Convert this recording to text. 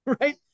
right